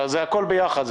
זה הכול ביחד,